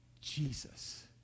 Jesus